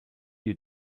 you